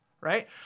right